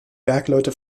bergleute